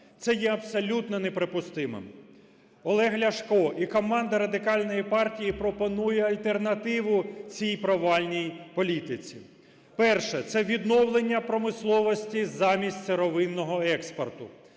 Це є абсолютно неприпустимим. Олег Ляшко і команда Радикальної партії пропонує альтернативу цій провальній політиці. Перше – це відновлення промисловості замість сировинного експорту.